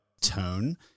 tone